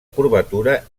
curvatura